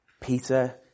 Peter